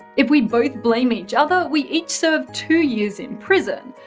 if we both blame each other, we each serve two years in prison.